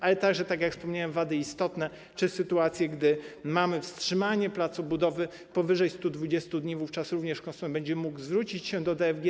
Chodzi także, tak jak wspomniałem, o wady istotne czy sytuacje, gdy mamy wstrzymanie placu budowy powyżej 120 dni - wówczas również konsument będzie mógł zwrócić się do DFG.